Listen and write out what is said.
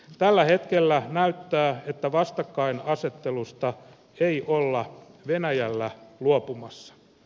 tällä hetkellä näyttää että vastakkainasettelusta ei olla venäjällä luopumassa